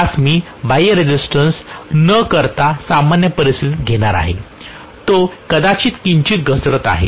ज्यास मी बाह्य रेसिस्टन्स न करता सामान्य परिस्थितीत घेणार आहे तो कदाचित किंचित घसरत आहे